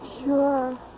Sure